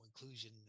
Inclusion